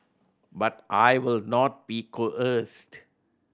but I will not be coerced